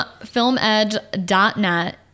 filmedge.net